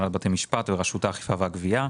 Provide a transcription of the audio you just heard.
הנהלת בתי המשפט ורשות האכיפה והגבייה.